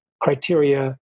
criteria